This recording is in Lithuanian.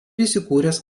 įsikūręs